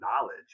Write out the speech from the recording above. knowledge